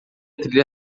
trilha